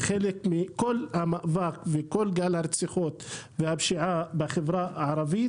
וחלק מכל המאבק וכל גל הרציחות והפשיעה בחברה הערבית,